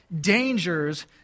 dangers